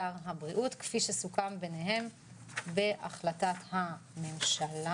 שר הבריאות כפי שסוכם ביניהם בהחלטת הממשלה